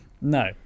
no